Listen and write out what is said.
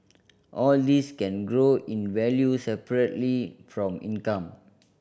all these can grow in value separately from income